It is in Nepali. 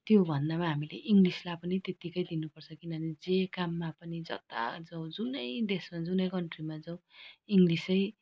त्यो भन्दामा हामीले इङ्गलिसलाई पनि त्यत्तिकै दिनुपर्छ किनभने जे काममा पनि जत्ता जाउँ जुनै देशमा जुनै कन्ट्रीमा जाउँ इङ्गलिसै